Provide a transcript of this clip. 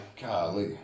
Golly